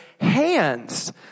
hands